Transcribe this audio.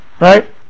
Right